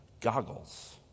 goggles